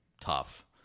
tough